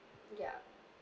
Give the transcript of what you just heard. yup